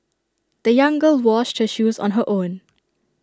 the young girl washed her shoes on her own